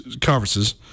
conferences